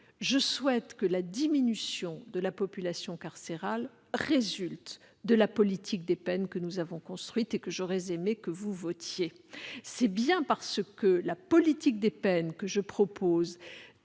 Je souhaite que la diminution de la population carcérale résulte de la politique des peines que nous avons construite et que j'aurais aimé vous voir voter. C'est bien parce que la politique des peines que je propose